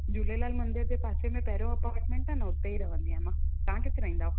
झूलेलाल मंदिर जे पासे में पहिरियों अपार्टमेंट आहे न त उते ई रहंदी आहियां मां तव्हां किथे रहंदा आहियो